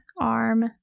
arm